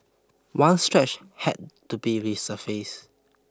one stretch had to be resurfaced